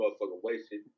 wasted